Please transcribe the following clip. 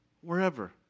Wherever